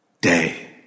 day